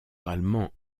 allemand